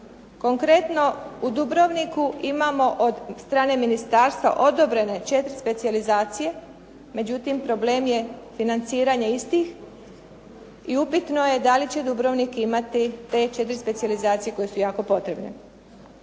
Konkretno u Dubrovniku imamo od strane ministarstva odobrene 4 specijalizacije, međutim problem je financiranje istih i upitno je da li će Dubrovnik imati te četiri specijalizacije koje su jako potrebne.